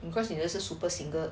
because 你的是 super single